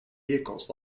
vehicles